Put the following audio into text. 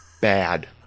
Bad